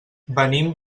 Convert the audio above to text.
venim